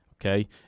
okay